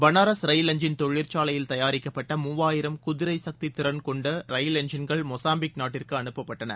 Banaras rail engine தொழிற்சாலையில் தயாரிக்கப்பட்ட மூவாயிரம் குதிரை சக்தி திறன் கொண்ட ரயில் எஞ்சின்கள் மொசாம்பிக் நாட்டிற்கு அனுப்பப்பட்டன